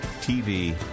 TV